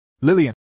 Lillian